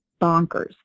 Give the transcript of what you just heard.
bonkers